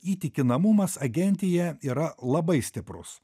įtikinamumas agentija yra labai stiprus